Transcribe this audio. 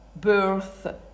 birth